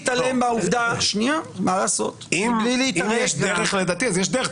אם יש דרך לדעתי, אז יש דרך.